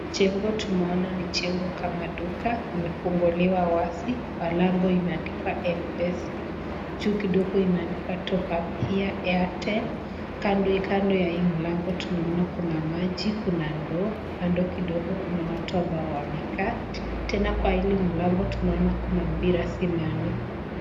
Jengo tumeona ni jengo kama duka imefunguliwa wazi kwa lango imeandikwa mpesa. Juu kidogo imeandikwa top up here Airtel kando ya hii mlango tunaona Kuna maji, Kuna ndoo, kando kidogo Kuna watu ambao wamekaa. Tena kwa hili mlango tunaona Kuna mpira zimeanikwa.